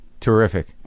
Terrific